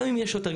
גם אם יש שוטר,